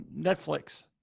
Netflix